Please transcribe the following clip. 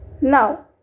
Now